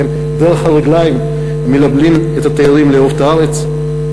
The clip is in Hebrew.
דרך הרגליים מלמדים את התיירים לאהוב את הארץ.